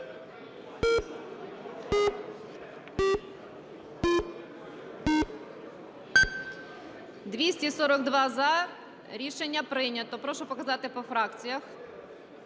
За-242 Рішення прийнято. Прошу показати по фракціях.